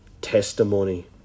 testimony